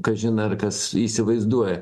kažin ar kas įsivaizduoja